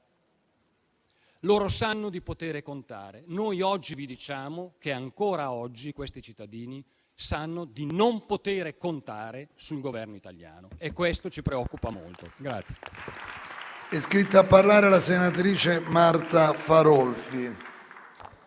colore. Sanno di poterci contare, mentre noi oggi vi diciamo che ancora oggi questi cittadini sanno di non poter contare sul Governo italiano e questo ci preoccupa molto.